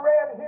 Red